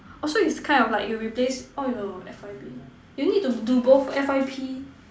oh so is kind of like you replace oh no F_Y_P you need to do both F_Y_P